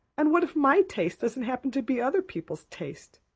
and what if my taste doesn't happen to be other people's taste?